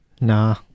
Nah